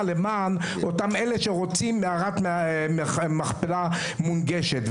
למען אותם אלה שרוצים מערת מכפלה מונגשת.